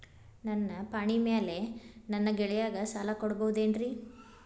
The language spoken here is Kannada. ನನ್ನ ಪಾಣಿಮ್ಯಾಲೆ ನನ್ನ ಗೆಳೆಯಗ ಸಾಲ ಕೊಡಬಹುದೇನ್ರೇ?